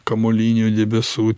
kamuolinių debesų